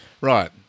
Right